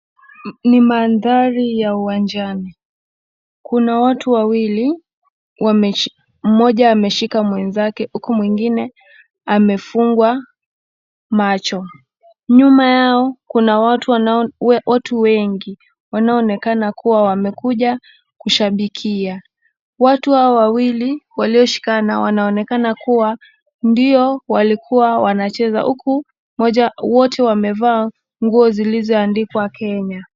Ni mandhari ya uwanjani kuna watu wawili, moja ameshika mwengine ilhali amefunhwa macho, nyuma yao kuna watu wengi wanaonekana kuwa wamekuja kushabikia. Watu hao wawili walioshikana wanaonekana kuwa ndio walikua wanacheza huku, wote wamevaa nguo zilizoandikwa kenya.